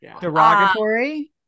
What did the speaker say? derogatory